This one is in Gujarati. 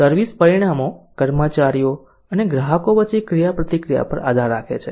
સર્વિસ પરિણામો કર્મચારીઓ અને ગ્રાહકો વચ્ચે ક્રિયાપ્રતિક્રિયા પર આધાર રાખે છે